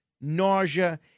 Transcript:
nausea